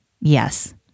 Yes